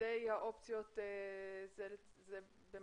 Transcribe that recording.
שתי האופציות במקביל?